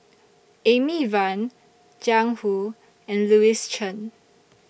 Amy Van Jiang Hu and Louis Chen